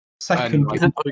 Second